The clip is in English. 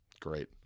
great